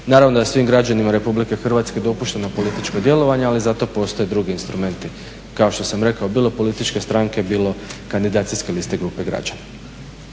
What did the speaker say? Naravno da je svim građanima Republike Hrvatske dopušteno političko djelovanje, ali za to postoje drugi instrumenti kao što sam rekao bilo političke stranke, bilo kandidacijske liste grupe građana.